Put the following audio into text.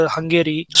Hungary